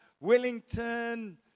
Wellington